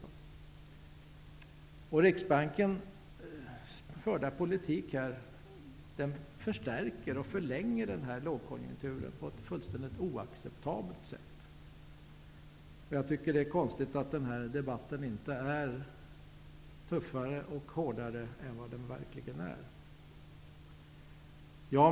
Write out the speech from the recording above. Den politik som Riksbanken för här förstärker och förlänger lågkonjunkturen på ett fullständigt oacceptabelt sätt. Det är konstigt att den här debatten inte är tuffare och hårdare än vad den är.